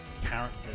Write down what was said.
character